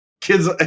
kids